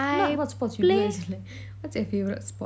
not what sport you do as in like what's your favourite sport